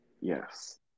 Yes